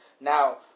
Now